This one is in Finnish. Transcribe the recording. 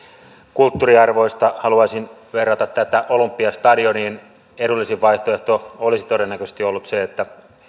kulttuuriarvoista haluaisin verrata tätä olympiastadioniin edullisin vaihtoehto olisi todennäköisesti ollut se että